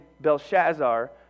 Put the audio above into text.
Belshazzar